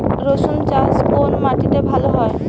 রুসুন চাষ কোন মাটিতে ভালো হয়?